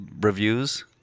reviews